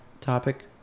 topic